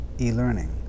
e-learning